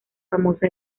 famosa